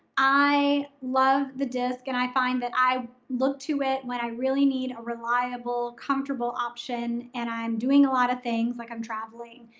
i love the disc and i find that i look to it when i really need a reliable, comfortable option and i'm doing a lot of things like i'm traveling,